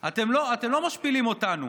אתם לא משפילים אותנו,